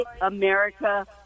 America